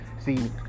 See